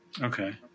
Okay